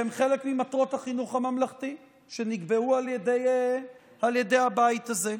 שהם חלק ממטרות החינוך הממלכתי שנקבעו על ידי הבית הזה.